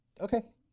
Okay